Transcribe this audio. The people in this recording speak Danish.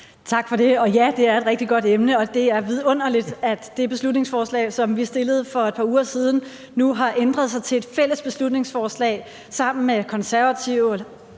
Tak for det. Og ja, det er et rigtig godt emne, og det er vidunderligt, at det beslutningsforslag, som vi fremsatte for et par uger siden, nu har ændret sig til et fælles beslutningsforslag sammen med De Konservative,